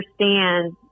understand